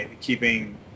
keeping